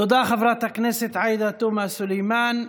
תודה, חברת הכנסת עאידה תומא סלימאן.